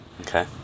Okay